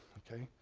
ok,